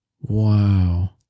Wow